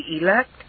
elect